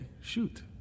shoot